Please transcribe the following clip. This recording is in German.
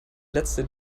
letzte